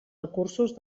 recursos